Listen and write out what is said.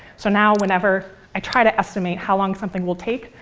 so now, whenever i try to estimate how long something will take,